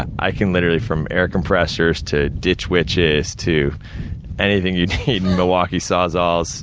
i can literally, from air compressors to ditch witches, to anything you need, milwaukee saws, awls